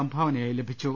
സംഭാവനയായി ലഭിച്ചു